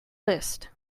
list